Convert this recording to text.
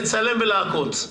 לצלם ולעקוץ.